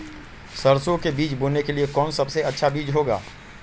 सरसो के बीज बोने के लिए कौन सबसे अच्छा बीज होगा?